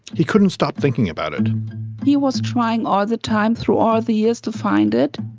he couldn't stop thinking about it he was trying all the time through all the years to find it.